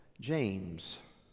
James